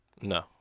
No